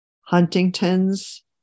Huntington's